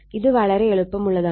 ഇത് വളരെ എളുപ്പമുള്ളതാണ്